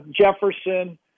Jefferson